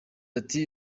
ati